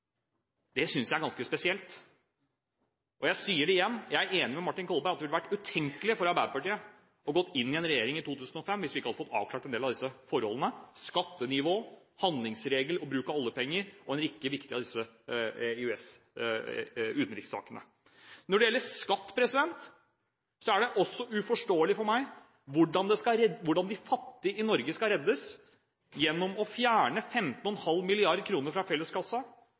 Det synes jeg er ganske spesielt. Og jeg sier det igjen: Jeg er enig med Martin Kolberg i at det ville vært utenkelig for Arbeiderpartiet å gå inn i en regjering i 2005 hvis vi ikke hadde fått avklart en del av disse forholdene: skattenivå, handlingsregel, bruken av oljepenger og en rekke av disse viktige utenrikssakene. Når det gjelder skatt, er det uforståelig for meg hvordan de fattige i Norge skal reddes gjennom å fjerne15,5 mrd. kr fra felleskassa,